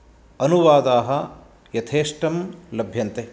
अनुवादाः यथेष्टं लभ्यन्ते